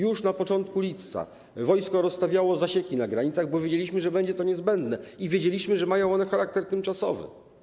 Już na początku lipca wojsko rozstawiało zasieki na granicach, bo wiedzieliśmy, że będzie to niezbędne, i wiedzieliśmy, że mają one charakter tymczasowy.